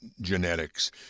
genetics